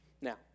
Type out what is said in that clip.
Now